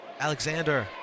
Alexander